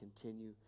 continue